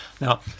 now